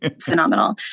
phenomenal